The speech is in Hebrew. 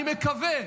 אני מקווה.